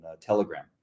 Telegram